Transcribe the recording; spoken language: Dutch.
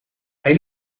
hij